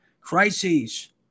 Crises